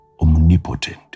omnipotent